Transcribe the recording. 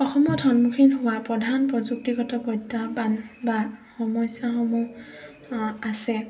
অসমত সন্মুখীন হোৱা প্ৰধান প্ৰযুক্তিগত প্ৰত্যাহ্বান বা সমস্যাসমূহ আছে